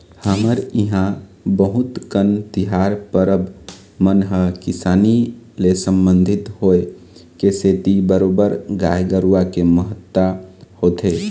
हमर इहाँ बहुत कन तिहार परब मन ह किसानी ले संबंधित होय के सेती बरोबर गाय गरुवा के महत्ता होथे